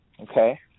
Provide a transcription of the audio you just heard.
okay